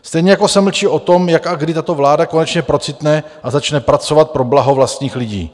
Stejně jako se mlčí o tom, jak a kdy tato vláda konečně procitne a začne pracovat pro blaho vlastních lidí.